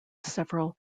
several